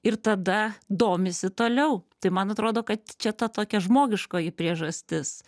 ir tada domisi toliau tai man atrodo kad čia ta tokia žmogiškoji priežastis